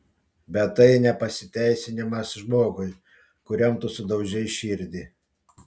bet tai ne pasiteisinimas žmogui kuriam tu sudaužei širdį